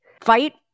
fight